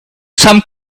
some